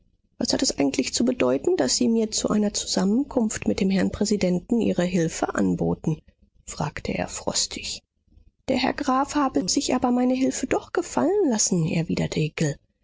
was hatte es eigentlich zu bedeuten daß sie mir zu einer zusammenkunft mit dem herrn präsidenten ihre hilfe anboten fragte er frostig der herr graf haben sich aber meine hilfe doch gefallen lassen erwiderte